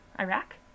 Iraq